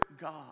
God